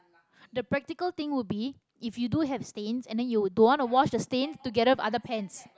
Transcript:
the practical thing would be if you do have stains and then you don't want to wash the stains together with other pants